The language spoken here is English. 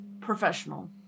professional